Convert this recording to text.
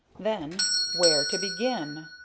then where to begin!